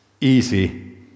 easy